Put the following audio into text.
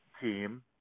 team